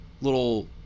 little